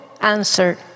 answer